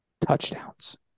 touchdowns